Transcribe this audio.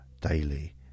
daily